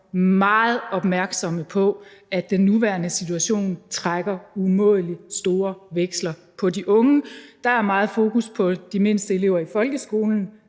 meget opmærksomme på, at den nuværende situation trækker umådelig store veksler på de unge. Der er meget fokus på de mindste elever i folkeskolen